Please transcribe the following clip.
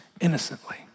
innocently